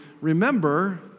remember